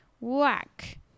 whack